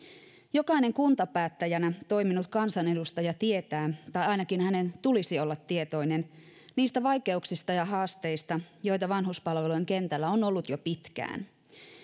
jokainen kuntapäättäjänä toiminut kansanedustaja tietää tai ainakin hänen tulisi olla tietoinen niistä vaikeuksista ja haasteista joita vanhuspalvelujen kentällä on ollut jo pitkään